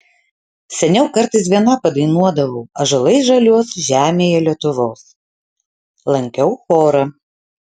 seniau kartais viena padainuodavau ąžuolai žaliuos žemėje lietuvos lankiau chorą